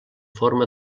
forma